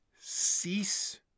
cease